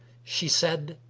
she said,